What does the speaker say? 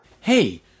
Hey